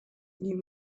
you